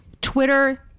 Twitter